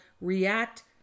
react